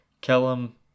Kellum